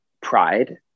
pride